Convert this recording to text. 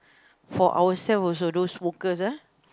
for ourselves also those smokers ah